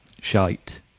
shite